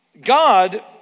God